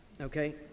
Okay